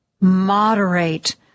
moderate